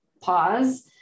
pause